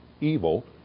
evil